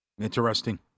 Interesting